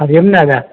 Hari Om Dada